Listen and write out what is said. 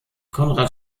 conrad